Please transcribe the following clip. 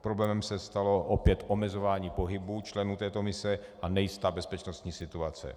Problémem se stalo opět omezování pohybu členů této mise a nejistá bezpečnostní situace.